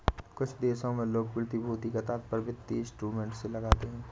कुछ देशों में लोग प्रतिभूति का तात्पर्य वित्तीय इंस्ट्रूमेंट से लगाते हैं